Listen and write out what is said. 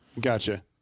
Gotcha